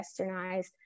westernized